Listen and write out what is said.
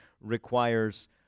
requires